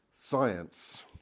science